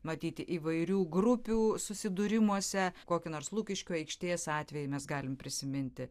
matyti įvairių grupių susidūrimuose kokiu nors lukiškių aikštės atveju mes galime prisiminti